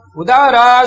udara